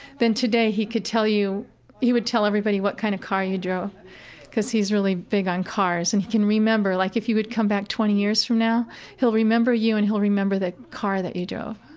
then today he could tell you he would tell everybody what kind of car you drove because he's really big on cars and he can remember like, if you would come back twenty years from now he'll remember you and he'll remember the car that you drove.